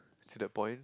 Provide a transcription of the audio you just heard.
to that point